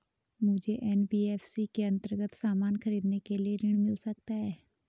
मुझे एन.बी.एफ.सी के अन्तर्गत सामान खरीदने के लिए ऋण मिल सकता है?